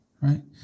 right